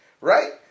right